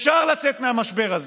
אפשר לצאת מהמשבר הזה.